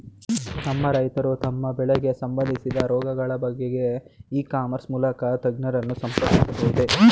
ನಮ್ಮ ರೈತರು ತಮ್ಮ ಬೆಳೆಗೆ ಸಂಬಂದಿಸಿದ ರೋಗಗಳ ಬಗೆಗೆ ಇ ಕಾಮರ್ಸ್ ಮೂಲಕ ತಜ್ಞರನ್ನು ಸಂಪರ್ಕಿಸಬಹುದೇ?